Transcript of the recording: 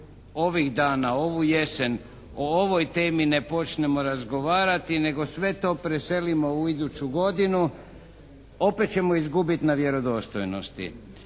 ovih dana, ovu jesen, o ovoj temi ne počnemo razgovarati nego sve to preselimo u iduću godinu opet ćemo izgubiti na vjerodostojnosti.